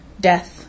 death